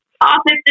Office